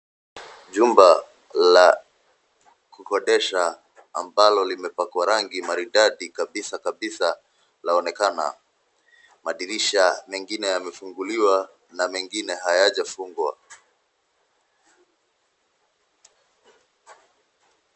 Jumba la kukodesha ambalo limepakwa rangi maridadi kabisa kabisa laonekana. Madirisha mengine yamefunguliwa na mengine hayajafungwa.